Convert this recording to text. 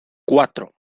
cuatro